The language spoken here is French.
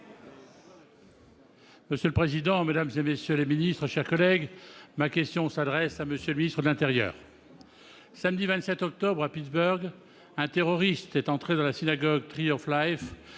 Monsieur le président, mesdames, messieurs les ministres, mes chers collègues, ma question s'adresse à M. le ministre de l'intérieur. Samedi 27 octobre, à Pittsburgh, un terroriste est entré dans la synagogue Tree of Life